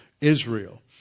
Israel